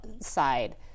side